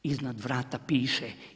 Iznad vrata piše